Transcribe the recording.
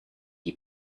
die